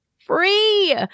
free